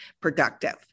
productive